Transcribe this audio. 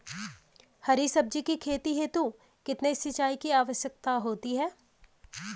हरी सब्जी की खेती हेतु कितने सिंचाई की आवश्यकता होती है?